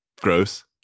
gross